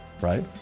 right